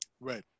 Right